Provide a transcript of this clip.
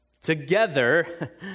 Together